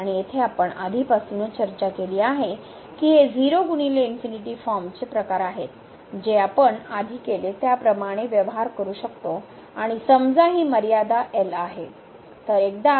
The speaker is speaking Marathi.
आणि येथे आपण आधीपासूनच चर्चा केली आहे की हे फॉर्मचे प्रकार आहेत जे आपण आधी केले त्याप्रमाणे व्यवहार करू शकतो आणि समजा ही मर्यादा L आहे